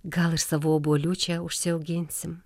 gal ir savo obuolių čia užsiauginsim